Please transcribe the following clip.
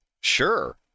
sure